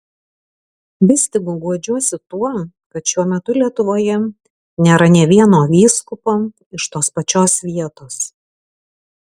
vis tik guodžiuosi tuo kad šiuo metu lietuvoje nėra nė vieno vyskupo iš tos pačios vietos